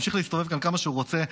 ממשיך להסתובב כאן כמה שהוא רוצה,